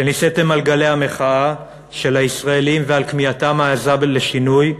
שנישאתם על גלי המחאה של הישראלים ועל כמיהתם העזה לשינוי,